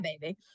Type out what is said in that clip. baby